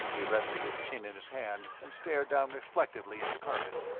he rested his chin in his hand and stared down reflectively at the carpet.